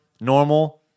normal